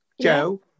Joe